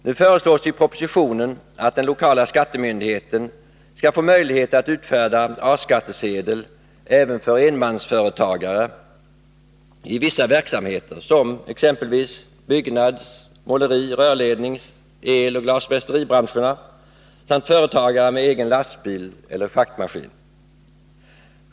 Nu föreslås i propositionen att den lokala skattemyndigheten skall få möjlighet att utfärda A-skattesedel även för enmansföretagare i vissa verksamheter, såsom byggnads-, måleri-, rörlednings-, eloch glasmästeribranscherna samt för företagare med egen lastbil eller schaktmaskin.